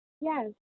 Yes